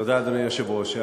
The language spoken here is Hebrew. אדוני היושב-ראש,